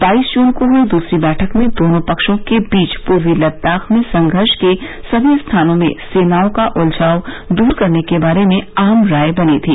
बाईस जून को हुई दूसरी बैठक में दोनों पक्षों के बीच पूर्वी लद्दाख में संघर्ष के सभी स्थानों में सेनाओं का उलझाव दूर करने के बारे में आम राय बनी थी